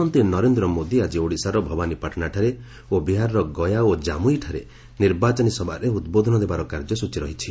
ପ୍ରଧାନମନ୍ତ୍ରୀ ନରେନ୍ଦ୍ର ମୋଦି ଆକି ଓଡ଼ିଶାର ଭବାନୀପାଟଣାଠାରେ ଓ ବିହାରର ଗୟା ଓ କାମୁଇଠାରେ ନିର୍ବାଚନୀ ସଭାରେ ଉଦ୍ବୋଧନ ଦେବାର କାର୍ଯ୍ୟସ୍ଚୀ ରହିଛି